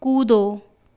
कूदो